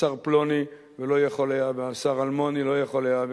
השר פלוני ולא יכול היה, והשר אלמוני לא יכול היה.